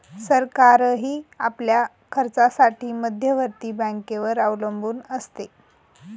सरकारही आपल्या खर्चासाठी मध्यवर्ती बँकेवर अवलंबून असते